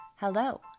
Hello